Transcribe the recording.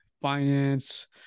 finance